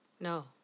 No